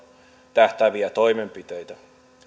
tähtääviä toimenpiteitä